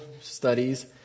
studies